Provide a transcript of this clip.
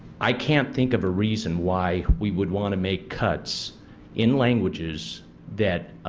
i can't think of a reason why we would want to make cuts in languages that